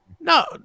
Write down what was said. No